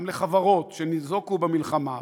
גם לחברות שניזוקו במלחמה,